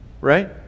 right